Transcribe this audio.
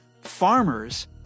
farmers